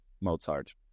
Mozart